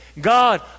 God